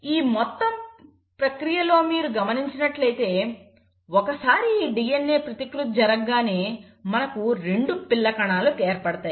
ఈ మొత్తం ప్రక్రియ లో మీరు గమనించినట్లయితే ఒకసారి ఈ DNA ప్రతికృతి జరుగగానే మనకు రెండు పిల్ల కణాలు ఏర్పడతాయి